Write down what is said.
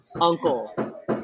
uncle